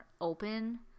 open